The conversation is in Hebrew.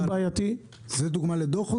זאת דוגמה לדוח?